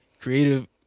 creative